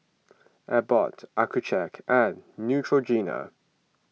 Abbott Accucheck and Neutrogena